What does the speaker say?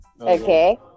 Okay